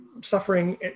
suffering